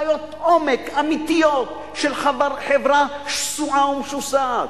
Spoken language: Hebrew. בעיות עומק אמיתיות של חברה שסועה ומשוסעת.